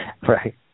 Right